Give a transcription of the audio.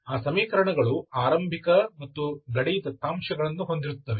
ಆ ಸಮೀಕರಣಗಳು ಆರಂಭಿಕ ಮತ್ತು ಗಡಿ ದತ್ತಾಂಶಗಳನ್ನು ಹೊಂದಿರುತ್ತವೆ